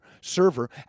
server